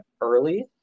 early